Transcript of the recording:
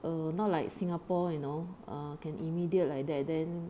err not like singapore you know ah can immediate like that then